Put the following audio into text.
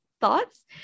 thoughts